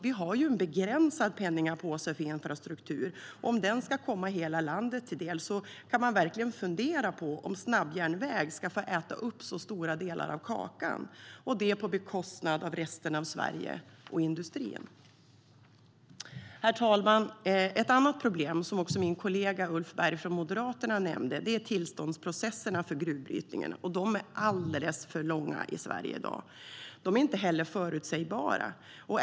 Vi har en begränsad penningpåse för infrastruktur, och om den ska komma hela landet till del kan man verkligen fundera om snabbjärnväg ska få äta upp så stora delar av kakan på bekostnad av resten av Sverige och industrin. Herr talman! Ett annat problem, som också min kollega Ulf Berg från Moderaterna nämnde, är tillståndsprocesserna för gruvbrytning, som är alldeles för långa i Sverige i dag. De är inte heller förutsägbara.